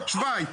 שוויץ,